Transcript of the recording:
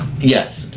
Yes